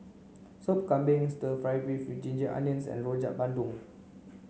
sop kambing stir fry beef with ginger onions and rojak bandung